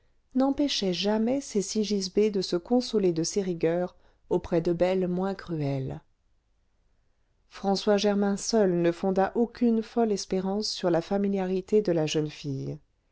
n'empêchait jamais ses sigisbées de se consoler de ses rigueurs auprès de belles moins cruelles françois germain seul ne fonda aucune folle espérance sur la familiarité de la jeune fille